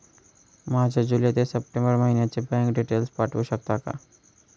माझे जुलै ते सप्टेंबर महिन्याचे बँक डिटेल्स पाठवू शकता का?